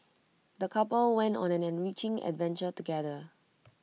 the couple went on an enriching adventure together